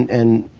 and